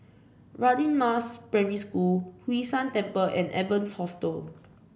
Radin Mas Primary School Hwee San Temple and Evans Hostel